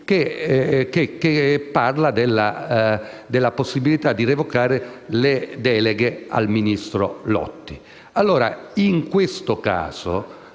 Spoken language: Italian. che parla della possibilità di revocare le deleghe al ministro Lotti. Allora, se questo è stato